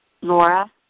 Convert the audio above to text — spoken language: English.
Laura